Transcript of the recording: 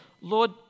Lord